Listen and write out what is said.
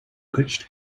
pitched